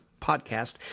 podcast